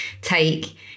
take